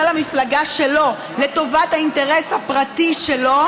המפלגה שלו לטובת האינטרס הפרטי שלו,